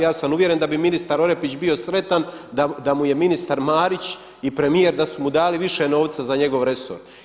Ja sam uvjeren da bi ministar Orepić bio sretan da mu je ministar Marić i premijer da su mu dali više novca za njegov resor.